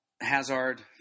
Hazard